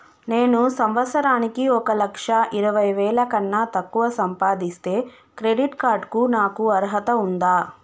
నేను సంవత్సరానికి ఒక లక్ష ఇరవై వేల కన్నా తక్కువ సంపాదిస్తే క్రెడిట్ కార్డ్ కు నాకు అర్హత ఉందా?